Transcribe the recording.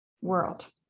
world